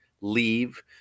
leave